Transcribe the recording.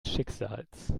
schicksals